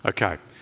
okay